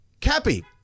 Cappy